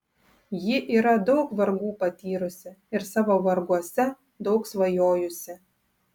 ji yra daug vargų patyrusi ir savo varguose daug svajojusi